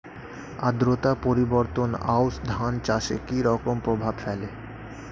আদ্রতা পরিবর্তন আউশ ধান চাষে কি রকম প্রভাব ফেলে?